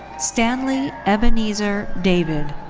stanley ebenezer david,